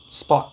spot